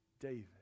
David